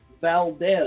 Valdez